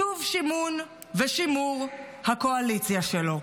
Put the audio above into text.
שוב שימון ושימור הקואליציה שלו.